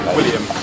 William